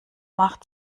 macht